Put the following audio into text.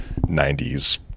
90s